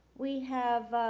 we have,